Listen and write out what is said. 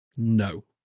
No